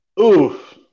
Oof